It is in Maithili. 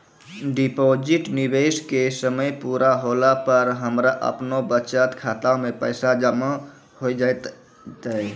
डिपॉजिट निवेश के समय पूरा होला पर हमरा आपनौ बचत खाता मे पैसा जमा होय जैतै?